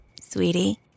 Sweetie